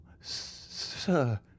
sir